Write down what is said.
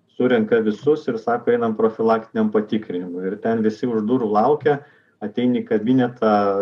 surenka visus ir sako einam profilaktiniam patikrinimui ir ten visi už durų laukia ateini į kabinetą